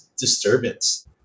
disturbance